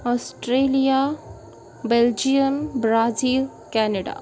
Australia Belgium Brazil Canada